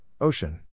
Ocean